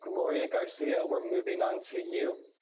gloria garcia, we're moving on to you.